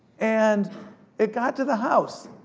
and it got to the house,